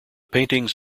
paintings